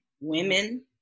Women